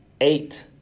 Eight